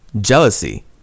Jealousy